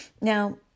Now